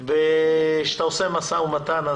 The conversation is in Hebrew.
כשאתה עושה משא ומתן,